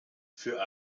für